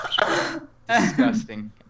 Disgusting